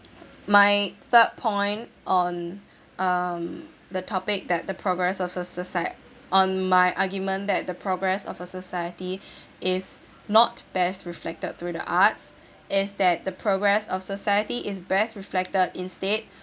my third point on um the topic that the progress of socie~ on my argument that the progress of a society is not best reflected through the arts is that the progress of society is best reflected instead